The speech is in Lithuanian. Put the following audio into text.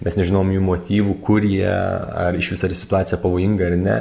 mes nežinom jų motyvų kur jie ar išvis ar situacija pavojinga ar ne